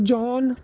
john